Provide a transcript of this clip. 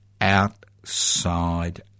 outside